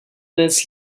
minutes